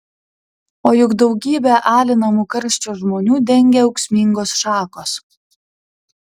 o juk daugybę alinamų karščio žmonių dengia ūksmingos šakos